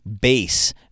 base